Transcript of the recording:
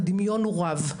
הדמיון הוא רב.